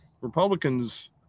republicans